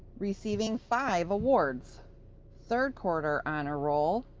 receiving five awards third quarter honor roll,